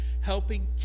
Helping